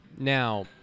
Now